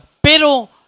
Pero